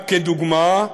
רק כדוגמה,